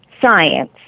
science